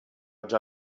già